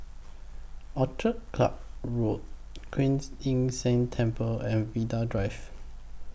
Orchid Club Road Kuan Yin San Temple and Vanda Drive